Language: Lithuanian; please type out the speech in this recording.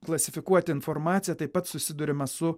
klasifikuoti informaciją taip pat susiduriama su